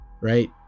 right